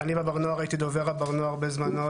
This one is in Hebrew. בבר נוער הייתי דובר הבר נוער בזמנו,